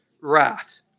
wrath